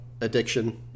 addiction